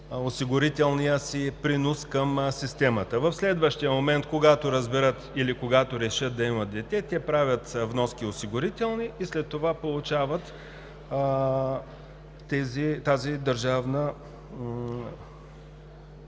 осигурителния си принос към системата. В следващия момент, когато разберат или когато решат да имат дете, те правят осигурителни вноски и след това получават тази държавна